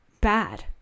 bad